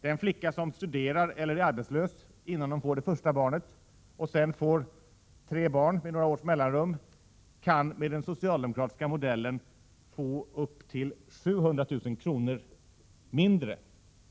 Den flicka som studerar eller är arbetslös innan hon får det första barnet och som sedan med några års mellanrum får ytterligare två barn kan med den socialdemokratiska modellen få upp till 700 000 kr. mindre